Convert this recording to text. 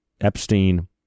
Epstein